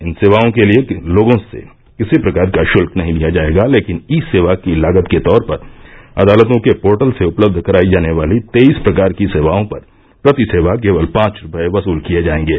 इन सेवाओं के लिए लोगों से किसी प्रकार का शुल्क नहीं लिया जाएगा लेकिन ई सेवा की लागत के तौर पर अदालतों के पोर्टल से उपलब्ध कराई जाने वाली तेईस प्रकार की सेवाओं पर प्रति सेवा केवल पांच रूपये वसूल किये जाएंगे